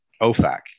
OFAC